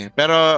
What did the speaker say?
pero